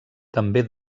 també